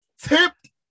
tipped